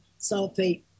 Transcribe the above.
sulfate